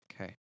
Okay